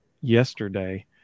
yesterday